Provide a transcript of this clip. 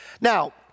Now